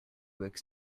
books